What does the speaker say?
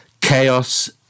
chaos